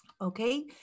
okay